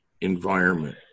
environment